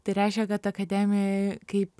tai reiškia kad akademijoj kaip